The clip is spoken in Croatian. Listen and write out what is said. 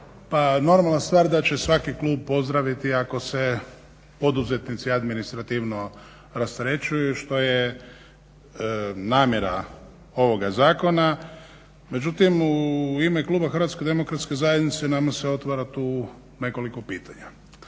normalna stvar da će svaki klub pozdraviti ako se poduzetnici administrativno rasterećuju što je namjera ovoga zakona. Međutim u ime kluba HDZ-a nama se otvara tu nekoliko pitanja.